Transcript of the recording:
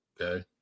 Okay